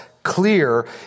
Clear